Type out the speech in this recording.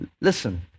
Listen